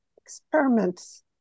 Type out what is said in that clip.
experiments